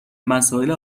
مسائل